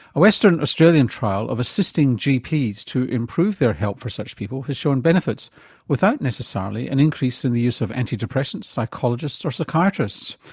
a western australian trial of assisting gps to improve their help for such people has shown benefits without necessarily an increase in the use of anti-depressants, psychologists or psychiatrists.